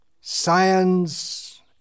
science